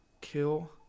kill